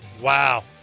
Wow